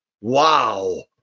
wow